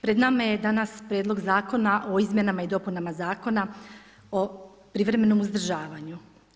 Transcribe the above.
Pred nama je danas Prijedlog zakona o izmjenama i dopunama Zakona o privremenom uzdržavanju.